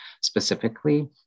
specifically